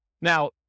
Now